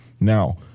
now